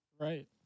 Right